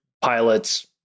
pilots